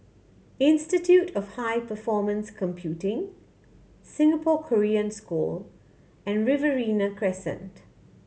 Institute of High Performance Computing Singapore Korean School and Riverina Crescent